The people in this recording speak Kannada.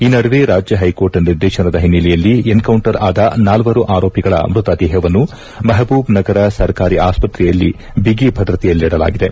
ಈ ನಡುವೆ ರಾಜ್ಯ ಹೈಕೋರ್ಟ್ ನಿರ್ದೇತನದ ಹಿನ್ನೆಲೆಯಲ್ಲಿ ಎನ್ ಕೌಂಟರ್ ಆದ ನಾಲ್ವರು ಆರೋಪಿಗಳ ಮೃತದೇಹವನ್ನು ಮೆಹಬೂಬ್ ನಗರ ಸರ್ಕಾರಿ ಆಸ್ಪತ್ರೆಯಲ್ಲಿ ಬಿಗಿಭದ್ರತೆಯಲ್ಲಿಡಲಾಗಿದೆ